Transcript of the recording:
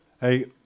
Hey